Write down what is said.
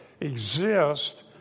exist